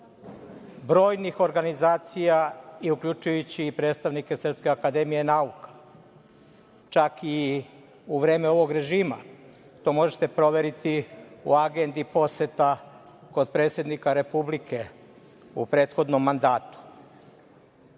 brojnih organizacija, uključujući i predstavnike Srpske akademije nauka, čak i u vreme ovog režima. To možete proveriti u agendi poseta kod predsednika Republike, u prethodnom mandatu. Žao